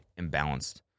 imbalanced